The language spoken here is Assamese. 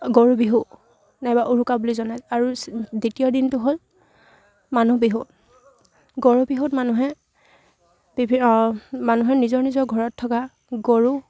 গৰু বিহু নাইবা উৰুকা বুলি জনা আৰু দ্বিতীয় দিনটো হ'ল মানুহ বিহু গৰু বিহুত মানুহে বিভি মানুহে নিজৰ নিজৰ ঘৰত থকা গৰুক